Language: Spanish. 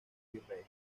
virrey